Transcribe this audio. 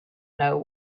know